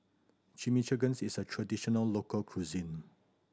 Chimichangas is a traditional local cuisine